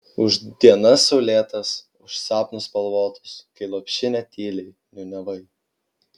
už dienas saulėtas už sapnus spalvotus kai lopšinę tyliai niūniavai